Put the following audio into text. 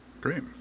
Great